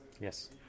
yes